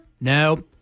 No